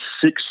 six